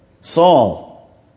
Saul